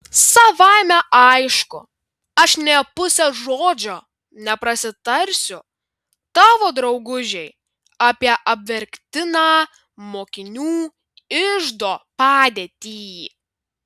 savaime aišku aš nė puse žodžio neprasitarsiu tavo draugužei apie apverktiną mokinių iždo padėtį